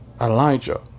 Elijah